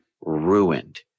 ruined